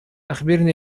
أخبرني